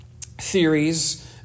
theories